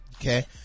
Okay